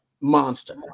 monster